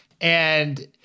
And-